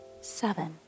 Seven